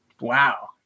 Wow